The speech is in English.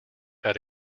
had